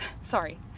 sorry